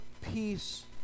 peace